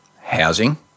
housing